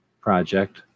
project